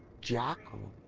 jackal?